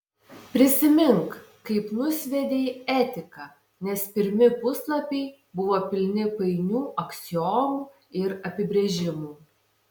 prisimink kaip nusviedei etiką nes pirmi puslapiai buvo pilni painių aksiomų ir apibrėžimų